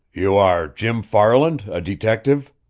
you are jim farland, a detective?